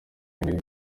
imbere